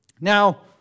Now